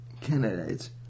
candidates